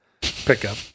pickup